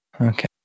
okay